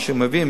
מה שמביאים,